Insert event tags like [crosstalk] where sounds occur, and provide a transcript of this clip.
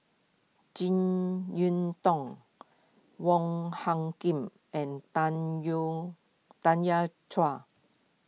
Jek Yeun Thong Wong Hung Khim and [unintelligible] Tanya Chua